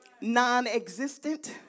Non-existent